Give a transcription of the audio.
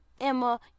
Emma